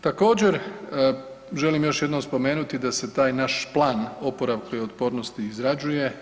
Također želim još jednom spomenuti da se taj naš plan oporavka i otpornosti izrađuje.